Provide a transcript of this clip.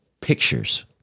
Pictures